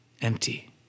empty